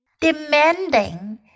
Demanding